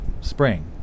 spring